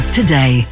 today